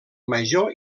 major